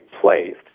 placed